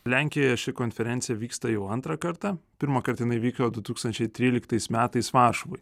lenkijoje ši konferencija vyksta jau antrą kartą pirmąkart jinai vyko du tūkstančiai tryliktais metais varšuvoje